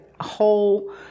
whole